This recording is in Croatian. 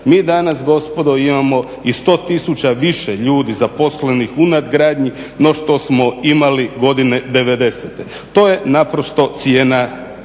Mi danas gospodo imamo i 100 000 više ljudi zaposlenih u nadgradnji no što smo imali godine '90. To je naprosto "cijena"